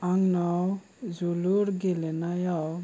आंनाव जोलुर गेलेनायाव